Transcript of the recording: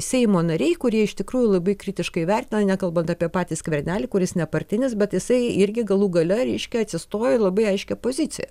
seimo nariai kurie iš tikrųjų labai kritiškai vertina nekalbant apie patį skvernelį kuris nepartinis bet jisai irgi galų gale reiškia atsistojo į labai aiškią poziciją